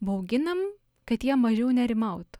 bauginam kad jie mažiau nerimautų